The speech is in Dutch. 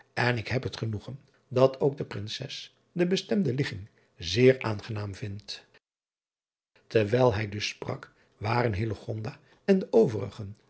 en ik heb het genoegen dat ook de rinses de bestemde ligging zeer aangenaam vindt erwijl hij dus sprak waren en de overigen